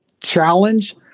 challenge